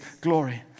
glory